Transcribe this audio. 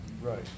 Right